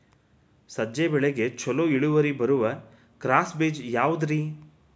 ಸಜ್ಜೆ ಬೆಳೆಗೆ ಛಲೋ ಇಳುವರಿ ಬರುವ ಕ್ರಾಸ್ ಬೇಜ ಯಾವುದ್ರಿ?